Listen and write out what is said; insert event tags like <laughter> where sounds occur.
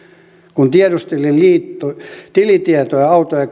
kun tiedustelin tilitietoja auto ja <unintelligible>